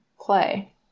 play